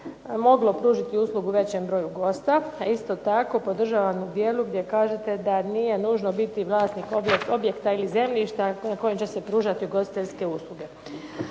moglo pružiti uslugu većem broju gosta. A isto tako podržavam u dijelu gdje kažete da nije nužno biti vlasnik objekta ili zemljišta na kojem će se pružati ugostiteljske usluge.